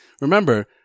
Remember